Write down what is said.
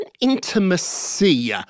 intimacy